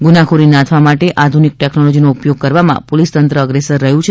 ગુનાખોરી નાથવા માટે આધુનિક ટેકનોલોજી ઉપયોગ કરવામાં પોલીસતંત્ર અગ્રેસર રહ્યું છે